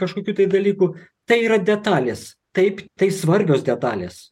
kažkokių tai dalykų tai yra detalės taip tai svarbios detalės